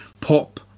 pop